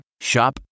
Shop